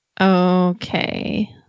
Okay